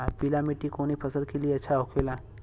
पीला मिट्टी कोने फसल के लिए अच्छा होखे ला?